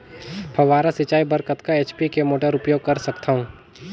फव्वारा सिंचाई बर कतका एच.पी के मोटर उपयोग कर सकथव?